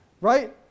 right